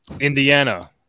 Indiana